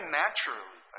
naturally